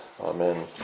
Amen